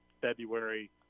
February